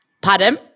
Pardon